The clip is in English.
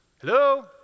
Hello